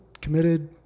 committed